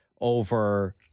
over